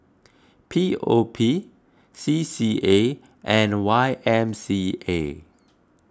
P O P C C A and Y M C A